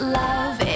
love